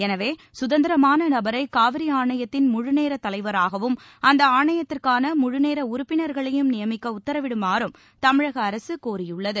எனவே சுதந்திரமானநபரைகாவிரிஆணையத்தின் முழுநேரத் தலைவராகவும் அந்தஆணையத்திற்கானமுமுநேரஉறுப்பினர் களையும் நியமிக்கஉத்தரவிடுமாறும் தமிழகஅரசுகோரியுள்ளது